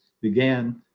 began